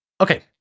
Okay